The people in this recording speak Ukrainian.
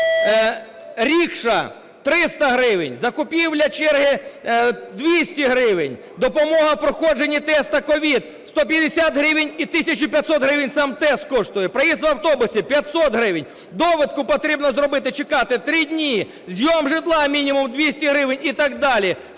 – 300 гривень, закупівля черги – 200 гривень, допомога проходження тесту COVID – 150 гривень і 1 тисяча 500 гривень сам тест коштує. Проїзд в автобусі – 500 гривень. Довідку потрібно зробити – чекати 3 дні. Оренда житла мінімум 200 гривень, і так далі.